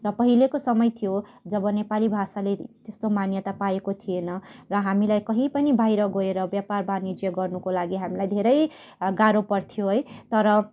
र पहिलेको समय थियो जब नेपाली भाषाले त्यस्तो मान्यता पाएको थिएन र हामीलाई कही पनि बाहिर गएर व्यापार वाणिज्य गर्नुको लागि हामीलाई धेरै गाह्रो पर्थ्यो है तर